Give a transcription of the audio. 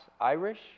Irish